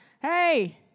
Hey